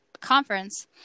conference